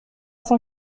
cent